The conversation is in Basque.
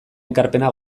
ekarpena